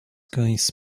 cães